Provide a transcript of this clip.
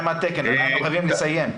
אנחנו חייבים לסיים.